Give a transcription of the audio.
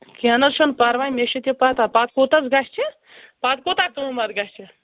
کیٚنٛہہ نہ حظ چھُنہٕ پَرواے مےٚ چھِ تہِ پَتہ پَتہٕ کوٗتاہ حظ گژھِ پَتہٕ کوٗتاہ قۭمَت گَژھِ